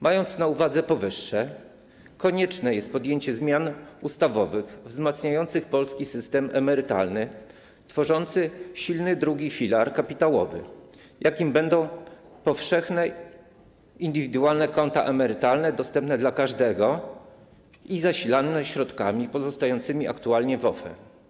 Mając na uwadze powyższe, konieczne jest podjęcie zmian ustawowych wzmacniających polski system emerytalny, umożliwiających utworzenie silnego drugiego filaru kapitałowego, jakim będą powszechne indywidualne konta emerytalne dostępne dla każdego i zasilane środkami pozostającymi aktualnie w OFE.